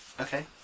okay